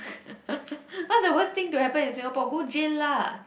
what's the worst thing to happen in Singapore go jail lah